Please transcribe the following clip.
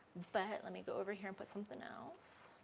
but let me go over here and put something else.